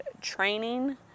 Training